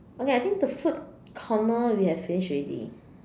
okay I think the food corner we have finished already